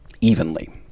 evenly